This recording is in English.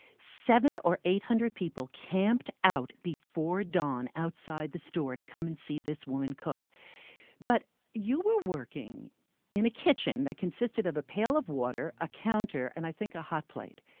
seven or eight hundred people camped out before dawn outside the store to come and see this woman cook but you were working in a kitchen that consisted of a pail of water, a counter and i think a hot plate.